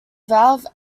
valve